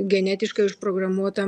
genetiškai užprogramuota